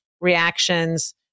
reactions